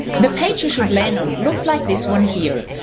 the page should land on, looks like this one here.